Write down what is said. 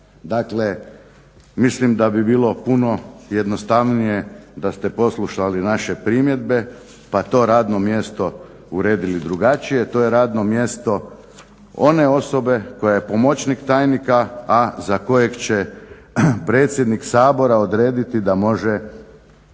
Dakle, mislim da bi bilo puno jednostavnije da ste poslušali naše primjedbe pa to radno mjesto uredili drugačije. To je radno mjesto one osobe koja je pomoćnik tajnika, a za kojeg će predsjednik Sabora odrediti da može